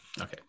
okay